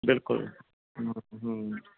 ਬਿਲਕੁਲ